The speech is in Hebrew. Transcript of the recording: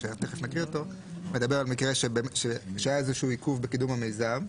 שתכף נקריא אותו מדבר על מקרה שהיה איזשהו עיכוב בקידום המיזם,